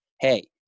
hey